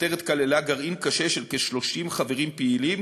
המחתרת כללה גרעין קשה של כ-30 חברים פעילים,